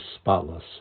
spotless